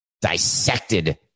dissected